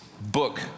book